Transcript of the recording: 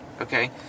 okay